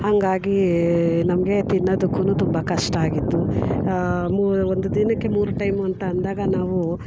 ಹಂಗಾಗಿ ನಮಗೆ ತಿನ್ನೋದಕ್ಕೂನು ತುಂಬ ಕಷ್ಟ ಆಗಿತ್ತು ಮು ಒಂದು ದಿನಕ್ಕೆ ಮೂರು ಟೈಮ್ ಅಂತ ಅಂದಾಗ ನಾವು